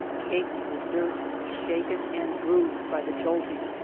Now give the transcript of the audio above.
caked with dirt, shaken and bruised by the jolting,